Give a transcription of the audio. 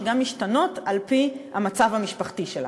שגם משתנות על-פי המצב המשפחתי שלה.